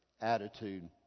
attitude